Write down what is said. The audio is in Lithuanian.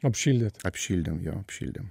apšildytėt apšildėm jo apšildėm